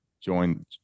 join